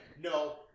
No